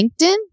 LinkedIn